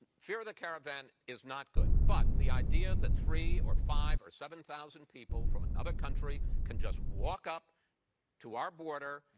fear of the caravan is not good, but the idea that three or five or seven thousand people from another country can just walk up to our border,